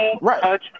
Right